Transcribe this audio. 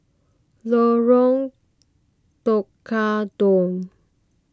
Lorong Tukang Dua